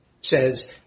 says